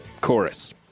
chorus